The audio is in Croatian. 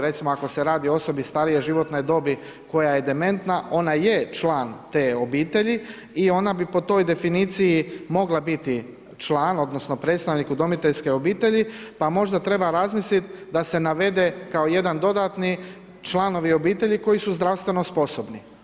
Recimo ako se radi o osobi starije životne dobi koja je dementna, ona je član te obitelji i ona bi po toj definiciji mogla biti član odnosno predstavnik udomiteljske obitelji pa možda treba razmisliti da se navede kao jedan dodatni članovi obitelji koji su zdravstveno sposobni.